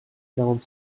quarante